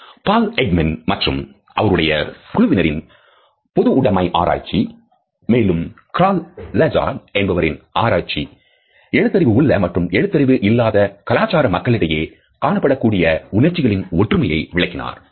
Paul Ekman மற்றும் அவருடைய குழுவினரின் பொதுவுடைமை ஆராய்ச்சி மேலும் Crroll Izard என்பவரின் ஆராய்ச்சி எழுத்தறிவு உள்ள மற்றும் எழுத்தறிவு இல்லாத கலாச்சார மக்களிடையே காணப்படக்கூடிய உணர்வுகளின் ஒற்றுமையை விளக்கினார்கள்